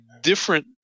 different